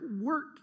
work